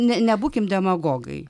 ne nebūkim demagogai